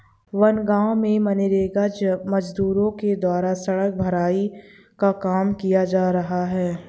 बनगाँव में मनरेगा मजदूरों के द्वारा सड़क भराई का काम किया जा रहा है